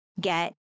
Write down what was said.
get